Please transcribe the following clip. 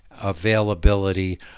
availability